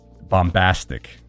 bombastic